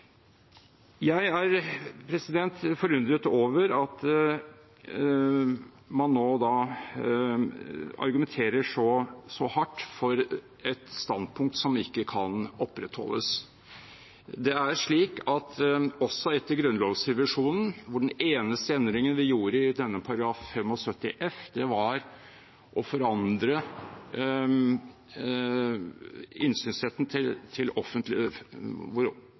Jeg er forundret over at man nå argumenterer så hardt for et standpunkt som ikke kan opprettholdes. I grunnlovsrevisjonen var den eneste endringen vi gjorde i denne paragraf, § 75 f, å forandre innsynsretten, hvor omtalen var offentlige dokumenter, til offentlige papirer, og det var nettopp også for å